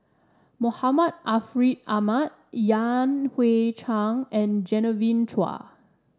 Muhammad Ariff Ahmad Yan Hui Chang and Genevieve Chua